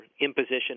imposition